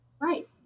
right